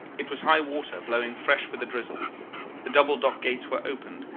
it was high water, blowing fresh with a drizzle the double dock-gates were opened,